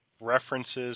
references